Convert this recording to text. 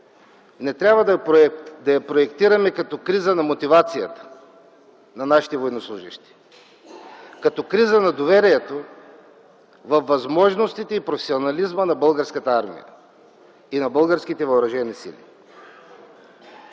не трябва да я проектираме като криза на мотивацията на нашите военнослужещи, като криза на доверието във възможностите и професионализма на Българската армия и на българските въоръжени сили.